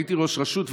הייתי ראש רשות,